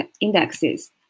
indexes